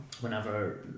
Whenever